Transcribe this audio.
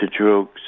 drugs